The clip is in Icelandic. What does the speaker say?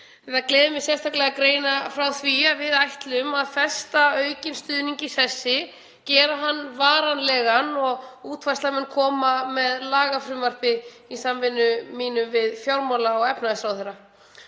það gleður mig sérstaklega að greina frá því að við ætlum að festa aukinn stuðning í sessi, gera hann varanlegan og útfærslan mun koma með lagafrumvarpi í samvinnu við fjármála- og efnahagsráðherra.